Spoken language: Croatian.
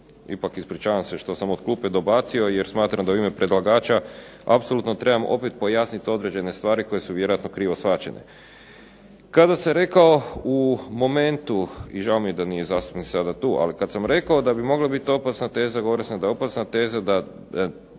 ipak ispričavam se što sam od klupe dobacio, jer smatram da u ime predlagača apsolutno trebam opet pojasniti određen stvari koje su vjerojatno krivo shvaćene. Kada sam rekao u momentu, i žao mi je da nije zastupnik sada tu, ali kad sam rekao da bi mogla biti opasna teza, govorio sam da je opasna teza da